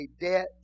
debt